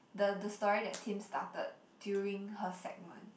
the the story that Tim started during her segment